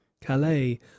calais